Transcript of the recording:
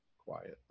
quietly